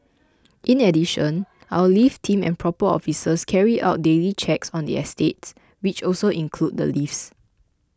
in addition our lift team and proper officers carry out daily checks on the estates which also include the lifts